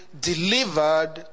delivered